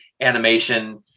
animation